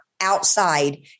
outside